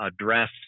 address